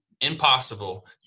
impossible